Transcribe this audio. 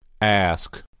Ask